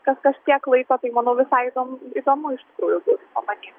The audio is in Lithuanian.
kas kažkiek laiko tai manau visai įdom įdomu iš tikrųjų bus pamatyt